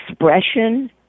expression